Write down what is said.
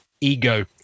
ego